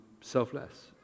selfless